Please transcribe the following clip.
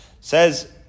Says